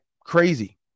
crazy